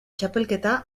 txapelketa